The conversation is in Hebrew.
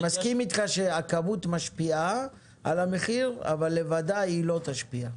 אני מסכים אתך שהכמות משפיעה על המחיר אבל לבדה היא לא תשפיע.